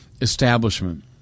establishment